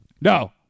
No